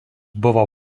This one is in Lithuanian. buvo